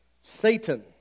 Satan